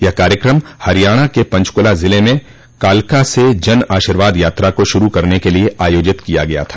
यह कार्यक्रम हरियाणा के पंचक्ला जिले में कालका से जन आशीर्वाद यात्रा को शुरू करने के लिए आयोजित कियो गया था